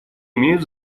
имеют